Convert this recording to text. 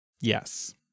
Yes